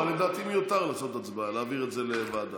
אבל לדעתי מיותר לעשות הצבעה ולהעביר את זה לוועדה.